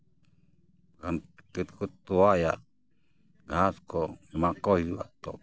ᱵᱟᱠᱷᱟᱱ ᱪᱤᱠᱟᱹ ᱛᱮᱠᱚ ᱛᱚᱣᱟᱭᱟ ᱜᱷᱟᱥ ᱠᱚ ᱮᱢᱟᱠᱚ ᱦᱩᱭᱩᱜᱼᱟ ᱛᱚᱵᱮ